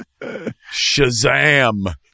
Shazam